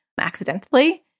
accidentally